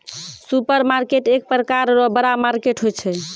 supermarket एक प्रकार रो बड़ा मार्केट होय छै